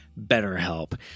BetterHelp